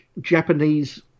japanese